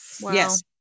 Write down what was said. Yes